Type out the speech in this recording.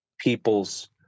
people's